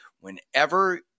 whenever